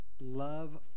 love